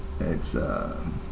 it's um